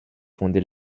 fondé